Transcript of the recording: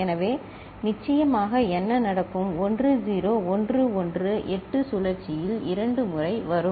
எனவே நிச்சயமாக என்ன நடக்கும் 1 0 1 1 8 சுழற்சியில் இரண்டு முறை வரும்